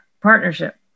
partnership